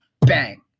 Bang